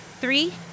Three